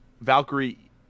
Valkyrie